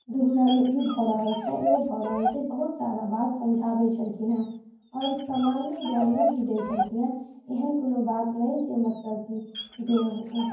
दुनिआमे ई भऽ रहल छै ओ भऽ रहल छै बहुत सारा बात समझाबै छलखिन हँ आओर समान्य ज्ञानो भी दै छलखिन हँ एहन कोनो बात नहि जे मतलब की जे